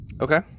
Okay